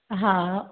हा